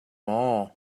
maw